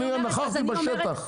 אני נכחתי בשטח.